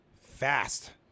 fast